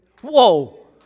Whoa